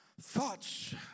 thoughts